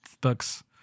books